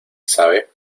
sabe